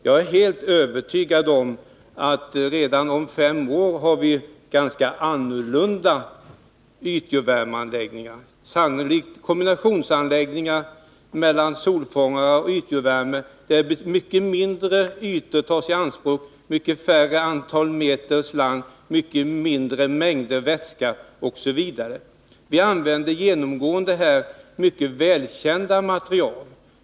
Jag är helt övertygad om att vi redan om 5 år har ganska annorlunda ytjordvärmeanläggningar — sannolikt kombinationer mellan solfångare och ytjordvärmeanläggningar — där mycket mindre ytor tas i anspråk, mycket mindre antal meter slang behövs, mycket mindre mängder vätska används OSV. Vi använder genomgående mycket välkända material.